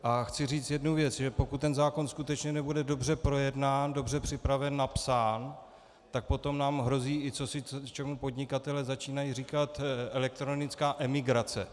A chci říct jednu věc, že pokud ten zákon skutečně nebude dobře projednán, dobře připraven, napsán, tak potom nám hrozí i cosi, čemu podnikatelé začínají říkat elektronická emigrace.